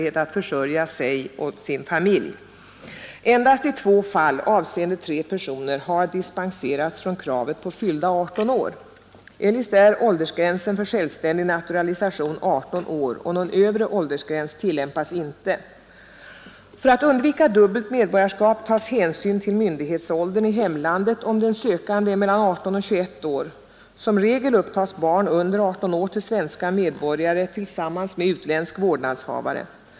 Endast i två fall, avseende tre personer, har dispenserats från kravet på fyllda 18 år. Eljest är åldersgränsen för självständig naturalisation 18 år och någon övre åldersgräns tillämpas inte. För att undvika dubbelt medborgarskap tas hänsyn till myndighetsåldern i hemlandet om den sökande är mellan 18 och 21 år. Som regel upptas barn under 18 år till — Nr 74 svenska medborgare tillsammans med ntländak vårdnadshavare.